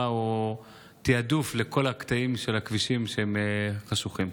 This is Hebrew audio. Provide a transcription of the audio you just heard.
או תיעדוף לכל הקטעים של הכבישים שהם חשוכים?